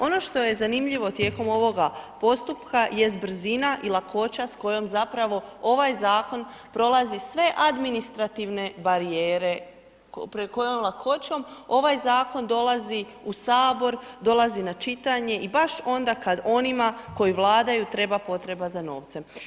Ono što je zanimljivo tijekom ovoga postupka jest brzina i lakoća s kojom zapravo ovaj zakon prolazi sve administrativne barijere, pred kojom lakoćom ovaj zakon dolazi u sabor, dolazi na čitanje i baš onda kad onima koji vladaju treba potreba za novcem.